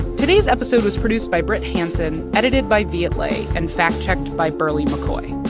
today's episode was produced by brit hanson, edited by viet le and fact-checked by berly mccoy.